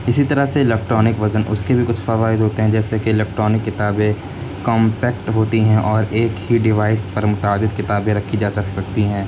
اسی طرح سے الیکٹرانک وزن اس کے بھی کچھ فوائد ہوتے ہیں جیسے کہ الیکٹرانک کتابیں کومپیکٹ ہوتی ہیں اور ایک ہی ڈیوائس پر متعدد کتابیں رکھی جا سکتی ہیں